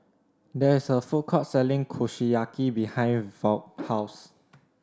there is a food court selling Kushiyaki behind Vaughn's house